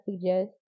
suggest